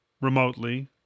remotely